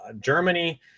Germany